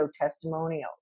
testimonials